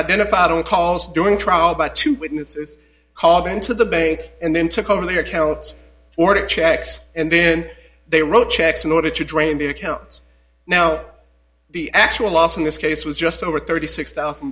identified on calls during trial by two witnesses called into the bank and then took over the accounts ordered checks and then they wrote checks in order to drain the accounts now the actual loss in this case was just over thirty six thousand